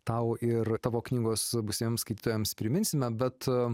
tau ir tavo knygos būsimiems skaitytojams priminsime bet